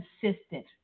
consistent